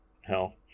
hell